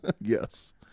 Yes